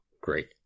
great